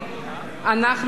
אנחנו עוברים